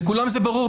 לכולם זה ברור.